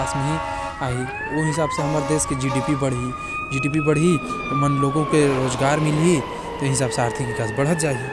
अर्थव्यवस्था बढाते।